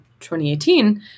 2018